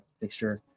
fixture